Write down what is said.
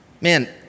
Man